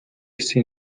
всі